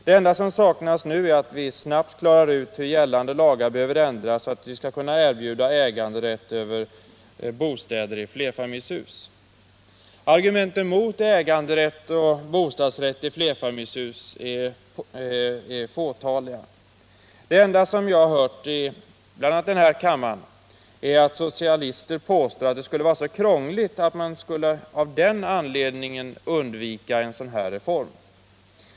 Det enda som saknas nu är att vi snabbt klarar ut hur gällande lagar behöver ändras för att vi skall kunna erbjuda äganderätt över bostäder i flerfamiljshus. Argumenten mot äganderätt och bostadsrätt i flerfamiljshus är fåtaliga. Det enda som jag hört i bl.a. den här kammaren är att socialister påstår att det skulle vara så krångligt att man skulle av den anledningen undvika en reform.